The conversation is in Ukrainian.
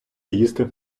їсти